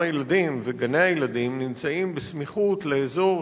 גם הילדים וגני-הילדים נמצאים בסמיכות לאזור